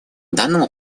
данному